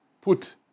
put